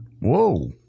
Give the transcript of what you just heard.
Whoa